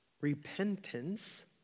Repentance